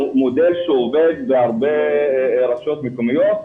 הוא מודל שעובד בהרבה רשויות מקומיות,